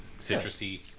citrusy